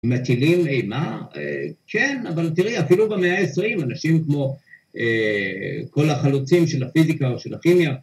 מטילים אימה? אה... כן, אבל תראי, אפילו במאה ה-20, אנשים כמו אה... כל החלוצים של הפיזיקה או של הכימיה...